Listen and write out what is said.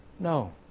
No